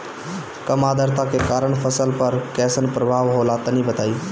कम आद्रता के कारण फसल पर कैसन प्रभाव होला तनी बताई?